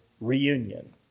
reunion